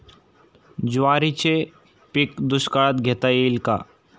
ज्वारीचे पीक दुष्काळात घेता येईल का?